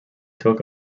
took